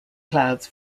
clouds